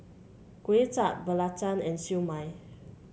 Kway Chap belacan and Siew Mai